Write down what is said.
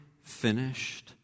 finished